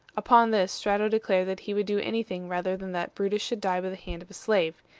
upon this strato declared that he would do any thing rather than that brutus should die by the hand of a slave.